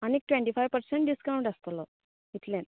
आनीक twenty five percent discount आसतलो इतलेंच